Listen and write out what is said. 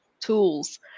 tools